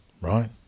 right